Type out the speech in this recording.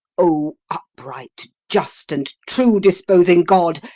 o upright, just, and true-disposing god,